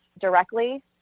directly